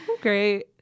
great